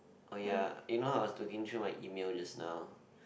oh ya you know how I was looking through my email just now